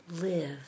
Live